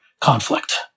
conflict